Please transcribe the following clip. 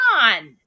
on